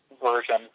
version